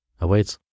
awaits